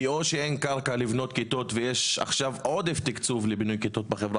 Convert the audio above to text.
כי או שאין קרקע לבנות כיתות ויש עכשיו עודף תקצוב לבינוי כיתות בחברה